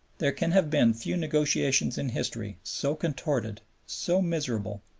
there can have been few negotiations in history so contorted, so miserable,